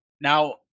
Now